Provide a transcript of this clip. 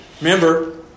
remember